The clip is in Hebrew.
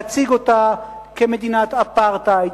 להציג אותה כמדינת אפרטהייד,